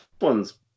one's